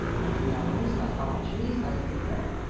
thy lungs, thy arteries, thy liver?